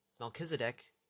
Melchizedek